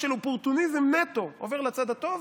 של אופורטוניזם נטו עובר לצד הטוב.